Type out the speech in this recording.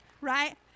right